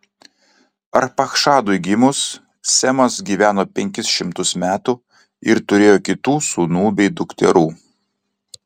arpachšadui gimus semas gyveno penkis šimtus metų ir turėjo kitų sūnų bei dukterų